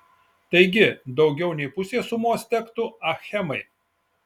taigi daugiau nei pusė sumos tektų achemai